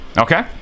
Okay